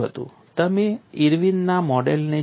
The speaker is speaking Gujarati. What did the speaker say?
તમે ઇર્વિનના મોડેલને Irwin's model જોયું હતું